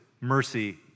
mercy